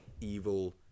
evil